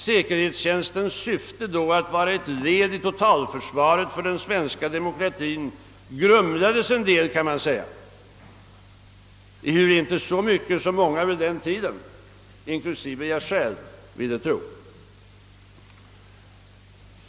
Säkerhetstjänstens syfte att vara ett led i totalförsvaret för den svenska demokratien grumlades då en del, kan man säga, ehuru inte så mycket som många vid den tiden, inklusive jag själv, ville tro.